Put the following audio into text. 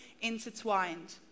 intertwined